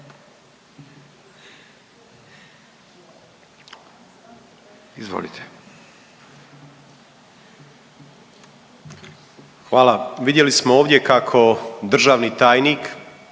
(MOST)** Hvala. Vidjeli smo ovdje kako državni tajnik